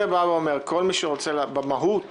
במהות